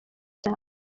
cyane